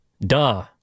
Duh